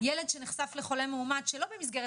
וילד שנחשף לחולה מאומת שלא במסגרת